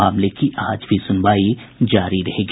मामले की आज भी सुनवाई जारी रहेगी